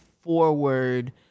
forward